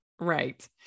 Right